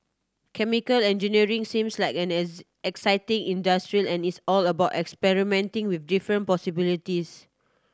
chemical engineering seems like an exciting industry as it's about experimenting with different possibilities